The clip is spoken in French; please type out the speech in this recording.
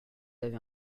avez